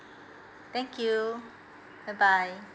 thank you bye bye